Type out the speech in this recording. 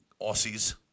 Aussies